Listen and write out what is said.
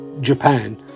Japan